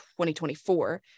2024